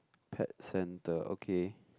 pet centre okay